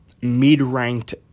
mid-ranked